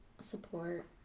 support